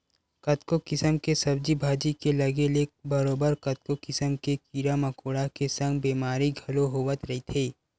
कतको किसम के सब्जी भाजी के लगे ले बरोबर कतको किसम के कीरा मकोरा के संग बेमारी घलो होवत रहिथे